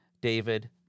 David